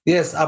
Yes